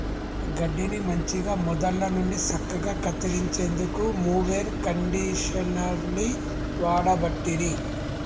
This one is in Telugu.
గడ్డిని మంచిగ మొదళ్ళ నుండి సక్కగా కత్తిరించేందుకు మొవెర్ కండీషనర్ని వాడబట్టిరి